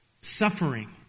suffering